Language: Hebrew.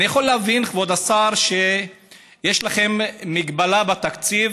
כבוד השר, אני יכול להבין שיש לכם מגבלה בתקציב,